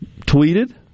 tweeted